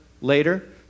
later